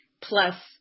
plus